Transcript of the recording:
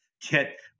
get